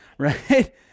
Right